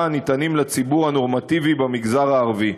הניתנים לציבור הנורמטיבי במגזר הערבי,